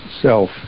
self